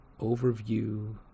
Overview